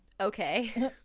Okay